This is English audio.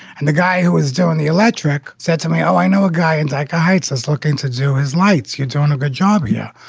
and the guy who was doing the electric said to me. oh, i know a guy in dika heights is looking to do his lights. you're doing a good job. yeah.